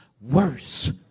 worse